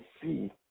see